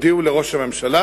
לראש הממשלה